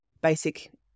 basic